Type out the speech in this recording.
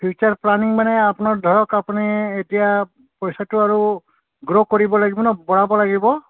future planning মানে আপোনাৰ ধৰক আপুনি এতিয়া পইচাটো আৰু গ্ৰ কৰিব লাগিব ন বঢ়াব লাগিব